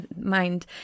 mind